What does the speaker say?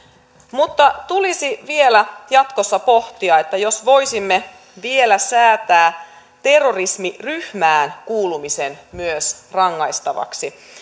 mutta tulisi vielä jatkossa pohtia jos voisimme vielä säätää myös terrorismiryhmään kuulumisen rangaistavaksi